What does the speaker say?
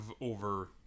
over